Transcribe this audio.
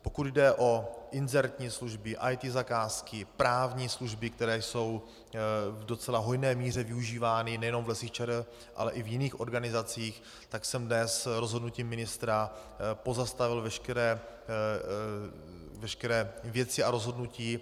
Pokud jde o inzertní služby, IT zakázky, právní služby, které jsou v docela hojné míře využívány nejenom v Lesích ČR, ale i v jiných organizacích, tak jsem dnes rozhodnutím ministra pozastavil veškeré věci a rozhodnutí.